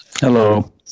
Hello